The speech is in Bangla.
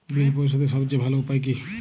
বিল পরিশোধের সবচেয়ে ভালো উপায় কী?